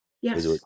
yes